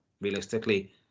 realistically